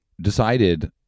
decided